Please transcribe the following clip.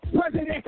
president